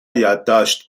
یادداشت